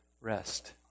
rest